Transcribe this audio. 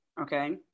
okay